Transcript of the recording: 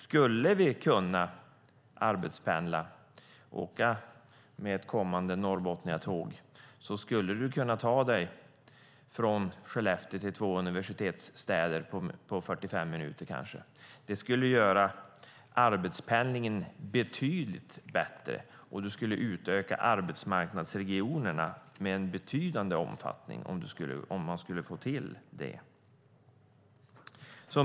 Skulle vi kunna arbetspendla och åka med ett kommande Norrbotniatåg skulle du kunna ta dig från Skellefteå till två universitetsstäder på kanske 45 minuter. Det skulle göra arbetspendlingen betydligt bättre. Du skulle kunna utöka arbetsmarknadsregionerna i en betydande omfattning om man skulle få till det.